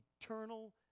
eternal